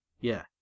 Yeah